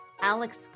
Alex